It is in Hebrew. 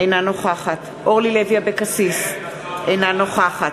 אינה נוכחת אורלי לוי אבקסיס, אינה נוכחת